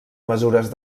mesures